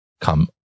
come